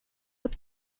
upp